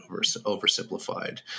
oversimplified